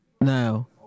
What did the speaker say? Now